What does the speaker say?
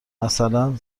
مثلا